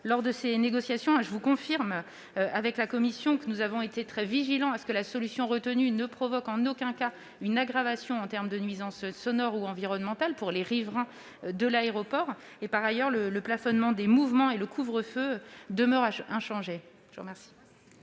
lors de ces négociations avec la Commission, nous avons été très vigilants pour que la solution retenue ne provoque en aucun cas une aggravation des nuisances sonores et environnementales subies par les riverains de l'aéroport et pour que le plafonnement des mouvements et le couvre-feu demeurent inchangés.